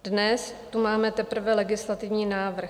Dnes tu máme teprve legislativní návrh.